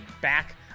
back